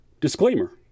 disclaimer